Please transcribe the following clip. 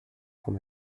son